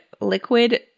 liquid